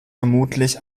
vermutlich